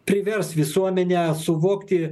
privers visuomenę suvokti